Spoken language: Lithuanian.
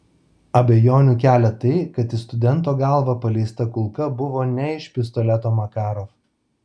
abejonių kelia tai kad į studento galvą paleista kulka buvo ne iš pistoleto makarov